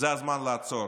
זה הזמן לעצור,